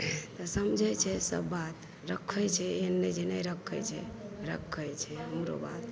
समझै छै सब बात रखैत छै एहन नहि जे नहि रखैत छै रखैत छै हमरो बात